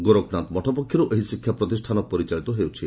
ଗୋରଖନାଥ ମଠ ପକ୍ଷରୁ ଏହି ଶିକ୍ଷା ପ୍ରତିଷ୍ଠାନ ପରିଚାଳିତ ହେଉଛି